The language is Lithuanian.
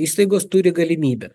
įstaigos turi galimybę